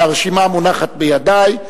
והרשימה מונחת בידי.